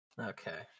Okay